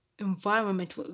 environment